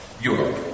Europe